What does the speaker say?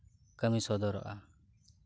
ᱠᱟᱹᱢᱤ ᱥᱚᱫᱚᱨᱚᱜᱼᱟ